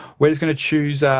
we're just going to choose